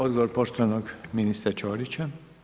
Odgovor poštovanog ministra Ćorića.